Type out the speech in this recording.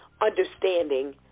understanding